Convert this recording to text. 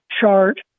chart